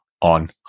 on